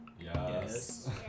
Yes